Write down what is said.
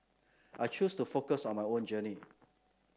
I choose to focus on my own journey